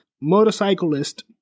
motorcyclist